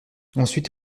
ensuite